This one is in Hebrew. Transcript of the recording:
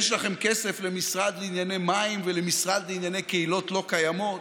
יש לכם כסף למשרד לענייני מים ולמשרד לענייני קהילות לא קיימות.